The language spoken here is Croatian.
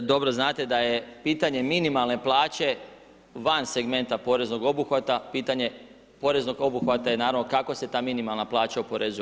Dobro znate da je pitanje minimalne plaće van segmenta poreznog obuhvata, pitanje poreznog obuhvata je naravno kako se ta minimalna plaća oporezuje.